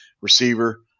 receiver